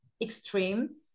extreme